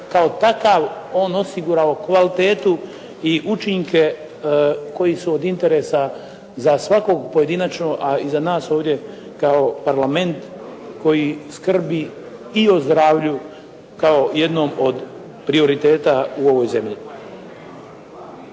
kao takav on osigurao kvalitetu i učinke koji su od interesa za svakog pojedinačno, a i za nas ovdje kao Parlament koji skrbi i o zdravlju kao jednom od prioriteta u ovoj zemlji.